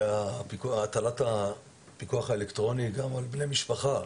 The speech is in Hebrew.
שהטלת הפיקוח האלקטרוני תהיה גם על בני משפחה,